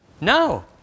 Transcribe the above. No